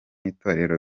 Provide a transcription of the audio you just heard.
itorero